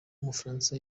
w’umufaransa